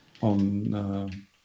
on